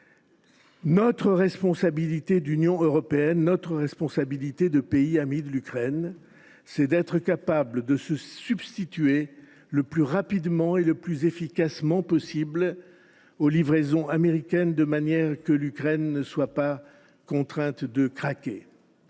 La responsabilité de l’Union européenne et des pays amis de l’Ukraine, c’est d’être capables de se substituer le plus rapidement et le plus efficacement possible aux livraisons américaines, de manière que l’Ukraine ne soit pas contrainte de craquer.